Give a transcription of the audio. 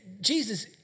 Jesus